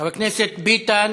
חבר הכנסת ביטן,